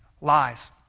lies